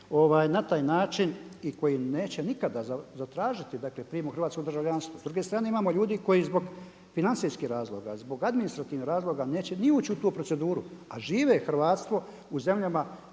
na taj način i koji neće nikada zatražiti, dakle prijem u hrvatsko državljanstvo. S druge strane imamo ljudi koji zbog financijskih razloga, zbog administrativnih razloga neće ni ući u tu proceduru, a žive hrvatstvo u zemljama